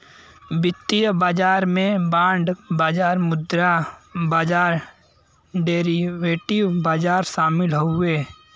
वित्तीय बाजार में बांड बाजार मुद्रा बाजार डेरीवेटिव बाजार शामिल हउवे